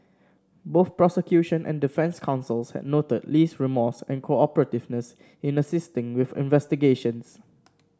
both prosecution and defence counsels had noted Lee's remorse and cooperativeness in assisting with investigations